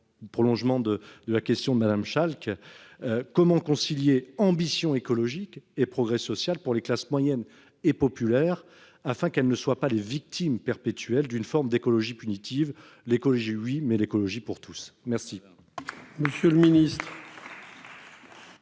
vous a posée ma collègue Elsa Schalck : comment concilier ambition écologique et progrès social pour les classes moyennes et populaires, afin qu'elles ne soient pas les victimes perpétuelles d'une forme d'écologie punitive ? L'écologie, oui, mais l'écologie pour tous !